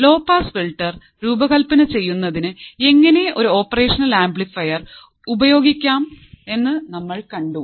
law pass filter രൂപകൽപ്പന ചെയ്യുന്നതിന് എങ്ങനെ ഒരു ഓപ്പറേഷനൽ ആംപ്ലിഫയർ ഉപയോഗിക്കാമെന്ന് നമ്മൾ കണ്ടു